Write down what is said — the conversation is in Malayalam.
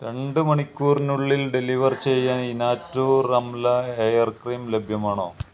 രണ്ട് മണിക്കൂറിനുള്ളിൽ ഡെലിവർ ചെയ്യാൻ ഇനാറ്റൂർ അംല ഹെയർ ക്രീം ലഭ്യമാണോ